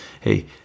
hey